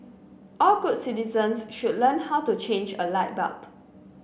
all good citizens should learn how to change a light bulb